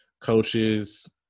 coaches